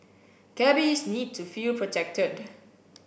cabbies need to feel projected